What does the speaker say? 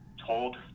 told